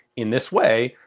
in this way,